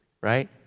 right